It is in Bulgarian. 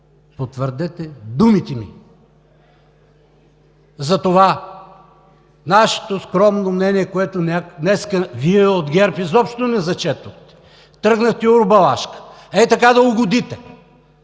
потвърдете думите ми. Нашето скромно мнение, което днес Вие от ГЕРБ изобщо не зачетохте, тръгнахте урбалашката, хей така, да угодите